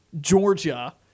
Georgia